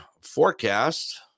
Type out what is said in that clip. forecast